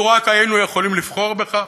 לו רק היינו יכולים לבחור בכך,